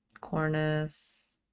cornice